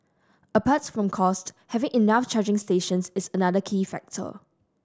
apart from cost having enough charging stations is another key factor